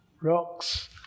rocks